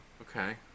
Okay